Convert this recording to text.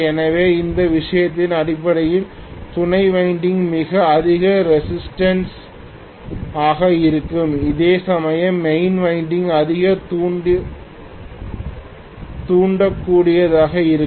எனவே இந்த விஷயத்தில் அடிப்படையில் துணை வைண்டிங் மிகவும் அதிக ரெசிஸ்டன்ஸ் ஆக இருக்கும் அதே சமயம் மெயின் வைண்டிங் அதிக தூண்டக்கூடியதாக இருக்கும்